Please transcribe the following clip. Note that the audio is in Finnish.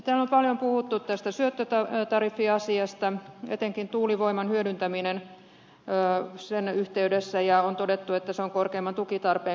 täällä on paljon puhuttu tästä syöttötariffiasiasta etenkin tuulivoiman hyödyntämisestä sen yhteydessä ja on todettu että se on korkeimman tukitarpeen kategoriassa